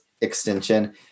extension